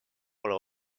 pole